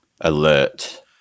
alert